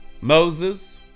Moses